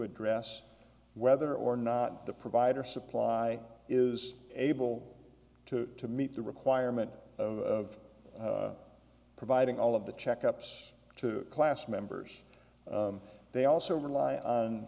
address whether or not the provider supply is able to meet the requirement of providing all of the check ups to class members they also rely on